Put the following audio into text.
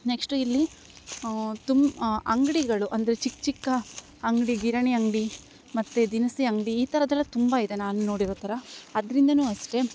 next ಇಲ್ಲಿ ತುಂಬ ಅಂಗಡಿ ಳು ಅಂದರೆ ಚಿಕ್ಕ ಚಿಕ್ಕ ಅಂಗಡಿ ಗಿರಣಿ ಅಂಗಡಿ ಮತ್ತು ದಿನಸಿ ಅಂಗಡಿ ಈ ಥರದೆಲ್ಲ ತುಂಬಯಿದೆ ನಾನು ನೋಡಿರೋ ಥರ ಅದರಿಂದ ಅಷ್ಟೆ